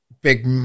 big